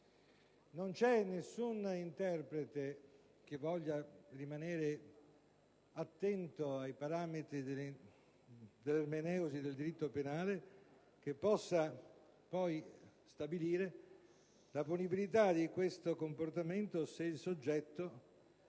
Non c'è nessun interprete che voglia essere attento ai parametri ermeneutici del diritto penale che possa poi stabilire la punibilità di questo comportamento se il soggetto